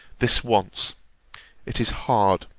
this once it is hard,